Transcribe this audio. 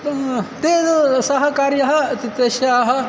तं तेन सः कार्यः तस्य